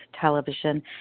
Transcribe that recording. television